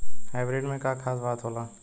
Hybrid में का खास बात होला?